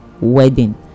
wedding